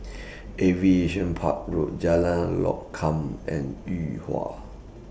Aviation Park Road Jalan Lokam and Yuhua